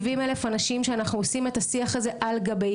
70 אלף אנשים שאנחנו עושים את השיח על גביהם.